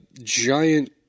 giant